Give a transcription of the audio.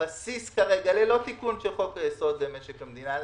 הבסיס כרגע ללא תיקון של חוק יסוד: משק המדינה,